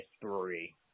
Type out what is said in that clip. three